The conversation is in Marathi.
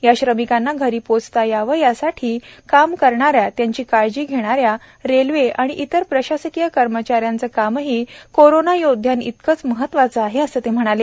या श्रमिकांना घरी पोचता यावं यासाठी काम करणाऱ्या त्यांची काळजी घेणाऱ्या रेल्वे अणि इतर प्रशासकीय कर्मचाऱ्यांचं कामही कोरोना योद्ध्यांइतकंच महत्त्वाचं आहे असं ते म्हणाले